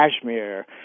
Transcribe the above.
Kashmir